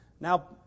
Now